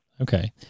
Okay